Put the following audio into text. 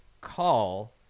call